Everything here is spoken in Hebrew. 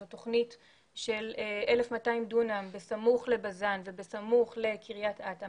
זאת תכנית של 1,200 דונם בסמוך לבז"ן ובסמוך לקריית אתא,